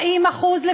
על